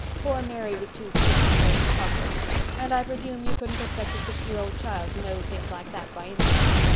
poor mary was too sick to train him properly and i presume you couldn't expect a six-year-old child to know things like that by instinct.